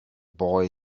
boy